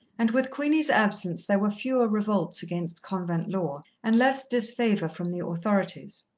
and with queenie's absence there were fewer revolts against convent law, and less disfavour from the authorities.